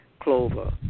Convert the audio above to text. clover